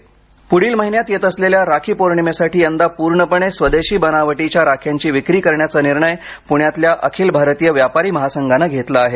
राखी पुढील महिन्यात येत असलेल्या राखी पौर्णिमेसाठी यंदा पूर्णपणे स्वदेशी बनावटीच्या राख्यांची विक्री करण्याचा निर्णय पूण्यातल्या अखिल भारतीय व्यापारी महासंघाने घेतला आहे